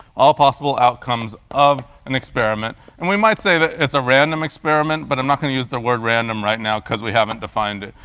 all possible outcomes of an experiment and we might say it's a random experiment, but i'm not going to use the word random right now because we haven't defined it.